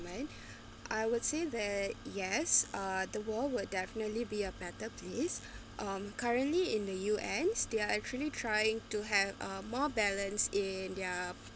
when I would say that yes uh the world would definitely be a better place um currently in the U_N's they're actually trying to have a more balanced in their